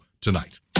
tonight